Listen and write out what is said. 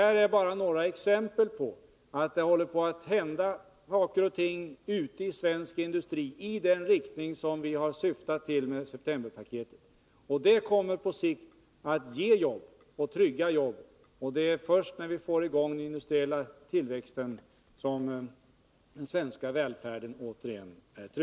Detta är bara några exempel på att det håller på att hända saker och ting ute i svensk industri, i den riktning som vi har syftat till med septemberpaketet. Det kommer på sikt att ge jobb, och trygga jobb. Det är först när vi får i gång den industriella tillväxten som den svenska välfärden återigen är